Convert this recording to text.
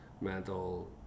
mental